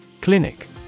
Clinic